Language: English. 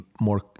more